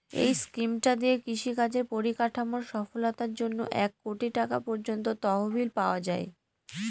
এই স্কিমটা দিয়ে কৃষি কাজের পরিকাঠামোর সফলতার জন্যে এক কোটি টাকা পর্যন্ত তহবিল পাওয়া যায়